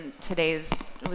today's